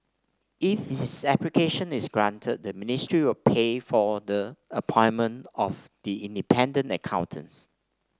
if its application is granted the ministry will pay for the appointment of the independent accountants